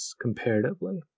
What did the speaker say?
comparatively